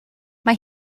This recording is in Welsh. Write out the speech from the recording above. mae